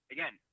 Again